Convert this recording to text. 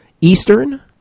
Eastern